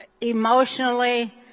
emotionally